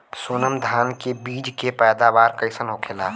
सोनम धान के बिज के पैदावार कइसन होखेला?